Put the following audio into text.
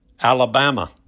Alabama